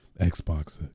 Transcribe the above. Xbox